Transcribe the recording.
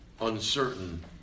uncertain